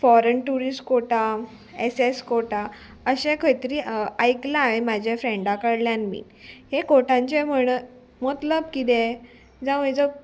foreign tourist quota S S quota अशें खंय तरी आयकलां हांवें म्हाज्या फ्रेंडा कडल्यान बीन हे कोटांचे म्हण मतलब कितें जावं हेजो